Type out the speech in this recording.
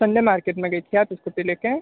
Sunday market में गई थी आप इस्कूटी ले कर